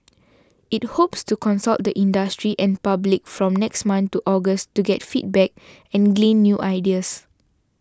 it hopes to consult the industry and public from next month to August to get feedback and glean new ideas